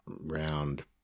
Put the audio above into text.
round